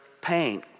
pain